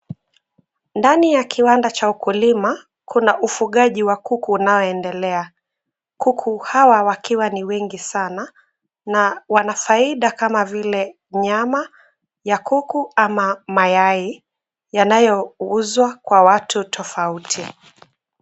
Ndani ya kiwanda cha ukulima, kuna ufugaji wa kuku unaoendelea. Kuku hawa wakiwa ni wengi sana na wana faida kama vile nyama ya kuku ama mayai yanayouzwa kwa watu tofauti.